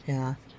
ya